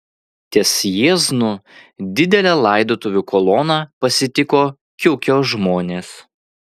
ties jieznu didelę laidotuvių koloną pasitiko kiukio žmonės